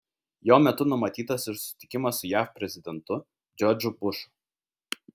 jo metu numatytas ir susitikimas su jav prezidentu džordžu bušu